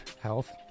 health